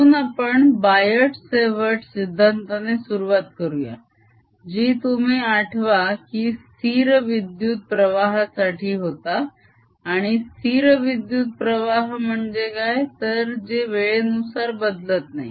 म्हणून आपण Biot Savart सिद्धांताने सुरुवात करूया जी तुम्ही आठवा की स्थिर विद्युत प्रवाहासाठी होता आणि स्थिर विद्युत प्रवाह म्हणजे काय तर जे वेळेनुसार बदलत नाही